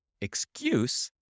excuse